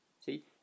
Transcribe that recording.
see